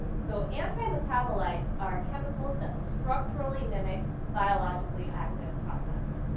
so, anti-metabolites are chemicals that structurally mimic biologically-active compounds.